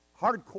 hardcore